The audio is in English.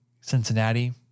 Cincinnati